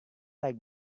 like